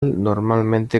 normalmente